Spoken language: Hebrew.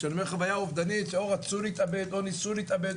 כשאני אומר חוויה אובדנית זה או רצו להתאבד או ניסו להתאבד,